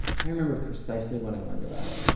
to remember precisely when i learned about it,